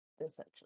essentially